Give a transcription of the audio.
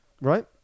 Right